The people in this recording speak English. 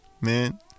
Man